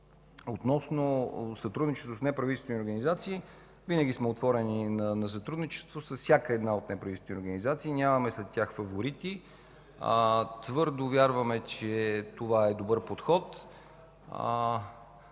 Относно сътрудничеството с неправителствените организации. Винаги сме отворени за сътрудничество с всяка една от неправителствените организации, нямаме фаворити сред тях. Твърдо вярваме, че това е добър подход.